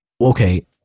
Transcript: okay